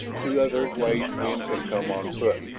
two other ways men can come on foot.